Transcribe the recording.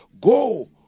go